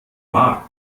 mark